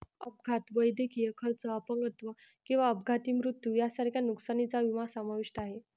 अपघात, वैद्यकीय खर्च, अपंगत्व किंवा अपघाती मृत्यू यांसारख्या नुकसानीचा विमा समाविष्ट आहे